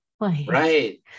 right